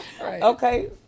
Okay